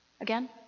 Again